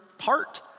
heart